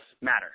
matter